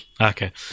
okay